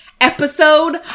episode